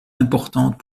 importante